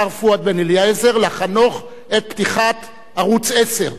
השר פואד בן-אליעזר, לחנוך את פתיחת ערוץ-10.